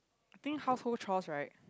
I think household chores right